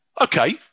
Okay